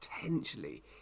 potentially